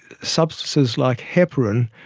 substances like heparin,